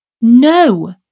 No